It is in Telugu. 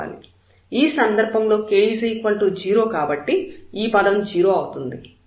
ఈ సందర్భంలో k 0 కాబట్టి ఈ పదం 0 అవుతుంది